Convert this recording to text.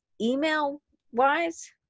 email-wise